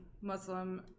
Muslim